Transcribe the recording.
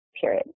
period